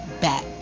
back